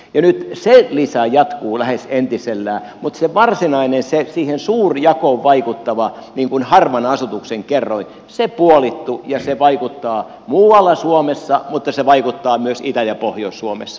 nyt se lisä jatkuu lähes entisellään mutta se varsinainen siihen suurjakoon vaikuttava harvan asutuksen kerroin puolittui ja se vaikuttaa muualla suomessa mutta se vaikuttaa myös itä ja pohjois suomessa